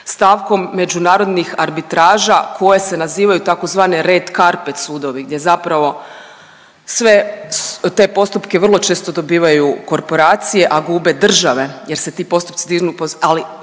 stavkom međunarodnih arbitraža koje se nazivaju tzv. red carpet sudovi, gdje zapravo sve te postupke vrlo često dobivaju korporacije, a gube države jer se ti postupci dignu,